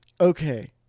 okay